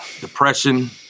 depression